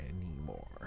anymore